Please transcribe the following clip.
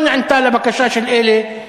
לא נענתה לבקשה של אלה,